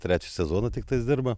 trečią sezoną tiktais dirba